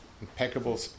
impeccable